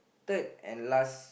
third and last